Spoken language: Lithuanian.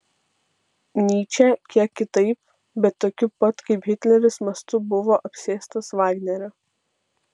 nyčė kiek kitaip bet tokiu pat kaip hitleris mastu buvo apsėstas vagnerio